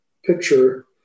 picture